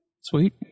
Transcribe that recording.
Sweet